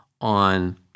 on